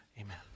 Amen